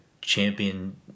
champion